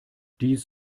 dies